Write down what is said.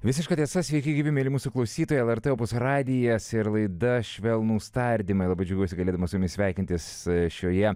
visiška tiesa sveiki gyvi mieli mūsų klausytojai lrt opus radijas ir laida švelnūs tardymai labai džiaugiuosi galėdamas su jumis sveikintis šioje